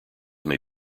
may